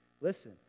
listen